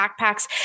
backpacks